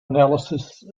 analysis